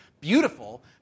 beautiful